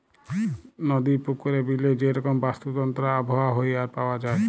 নদি, পুকুরে, বিলে যে রকম বাস্তুতন্ত্র আবহাওয়া হ্যয়ে আর পাওয়া যায়